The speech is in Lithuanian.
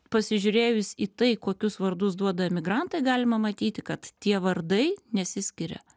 pasižiūrėjus į tai kokius vardus duoda emigrantai galima matyti kad tie vardai nesiskiria